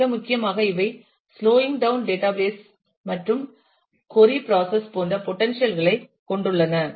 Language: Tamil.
மிக முக்கியமாக இவை ஸ்லோங் டவுன் டேட்டாபேஸ் மற்றும் கொறி பிராசஸ் போன்ற பொட்டன்ஷியல் களைக் கொண்டுள்ளன